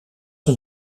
een